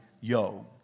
yo